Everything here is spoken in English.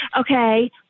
okay